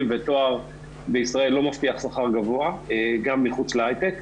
ותואר בישראל לא מבטיח שכר גבוה גם מחוץ להייטק.